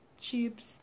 chips